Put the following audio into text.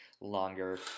longer